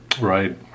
Right